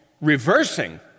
reversing